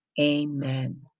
amen